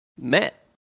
met